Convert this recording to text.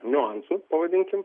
niuansų pavadinkim